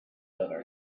other